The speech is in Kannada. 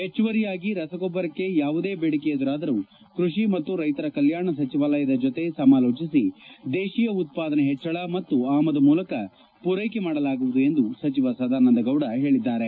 ಹೆಚ್ಚುವರಿಯಾಗಿ ರಸಗೊಬ್ಬರಕ್ಕೆ ಯಾವುದೇ ಬೇಡಿಕೆ ಎದುರಾದರೂ ಕೃಷಿ ಮತ್ತು ರೈತರ ಕಲ್ಕಾಣ ಸಚಿವಾಲಯದ ಜೊತೆ ಸಮಾಲೋಚಿಸಿ ದೇಶೀಯ ಉತ್ಪಾದನೆ ಹೆಚ್ಚಳ ಮತ್ತು ಆಮದು ಮೂಲಕ ಪೂರೈಕೆ ಮಾಡಲಾಗುವುದು ಎಂದು ಸಚಿವ ಸದಾನಂದ ಗೌಡ ಅವರು ಹೇಳಿದ್ದಾರೆ